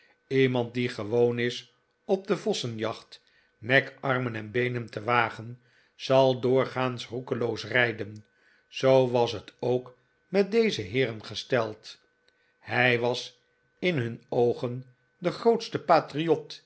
iemand die gewoon is op de vossenjacht nek armen en beenen te wagen zal doorgaans roekelbos rijden zoo was het ook met deze heeren gesteld hij was in hun oogen de grootste